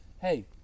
hey